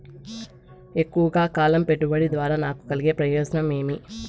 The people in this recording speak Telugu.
ఎక్కువగా కాలం పెట్టుబడి ద్వారా నాకు కలిగే ప్రయోజనం ఏమి?